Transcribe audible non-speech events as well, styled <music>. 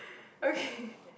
okay <breath>